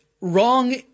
wrong